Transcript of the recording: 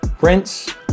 rinse